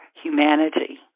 humanity